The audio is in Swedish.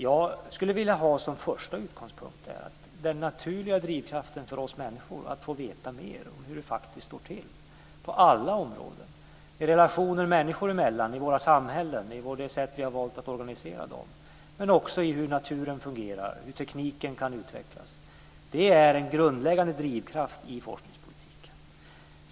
Jag skulle vilja ha som första utgångspunkt att den naturliga drivkraften för oss människor är att få veta mer om hur det faktiskt står till på alla områden - i relationer människor emellan, i våra samhällen, i det sätt som vi har valt att organisera dem men också i hur naturen fungerar och hur tekniken kan utvecklas. Det är en grundläggande drivkraft i forskningspolitiken.